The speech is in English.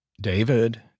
David